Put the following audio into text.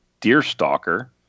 Deerstalker